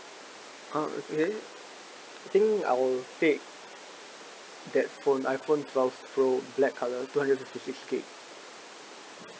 uh okay I think I'll take that phone iphone twelve pro black colour two hundred fifty gigabyte